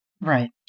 Right